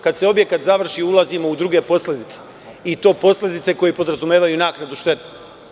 Kada se objekat završi, ulazimo u druge posledice, i to posledice koje podrazumevaju naknadu štete.